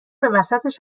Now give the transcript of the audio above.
وسطش